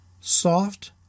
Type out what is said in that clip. soft